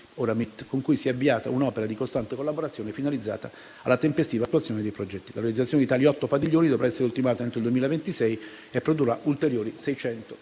con cui si è avviata un'opera di costante collaborazione, finalizzata alla tempestiva attuazione dei progetti. La realizzazione di tali otto padiglioni dovrà essere ultimata entro il 2026 e produrrà ulteriori 640